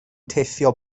teithio